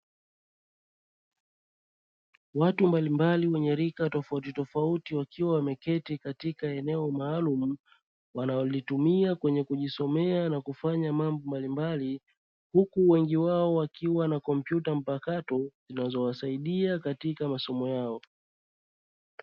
Watu mbalimbali wenye rika tofautitofauti wakiwa wameketi katika eneo maalumu wanalolitumia kwenye kujisomea na kufanya mambo mbalimbali, huku wengi wao wakiwa na kompyuta mpakato zinazowasaidia kwenye masomo yao.